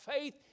faith